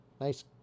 Nice